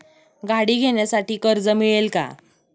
गाडी घेण्यासाठी कर्ज मिळेल का?